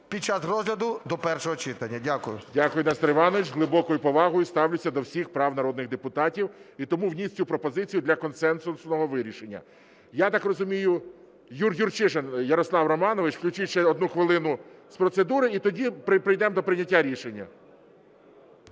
під час розгляду до першого читання. Дякую. ГОЛОВУЮЧИЙ. Дякую, Нестор Іванович. З глибокою повагою ставлюся до всіх прав народних депутатів і тому вніс цю пропозицію для консенсусного вирішення. Я так розумію… Юрчишин Ярослав Романович. Включіть ще 1 хвилину з процедури і тоді прийдемо до прийняття рішення.